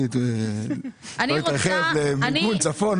לא להתרחב לצפון.